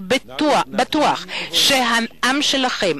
אני בטוח שהעם שלכם,